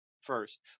first